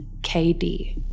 KD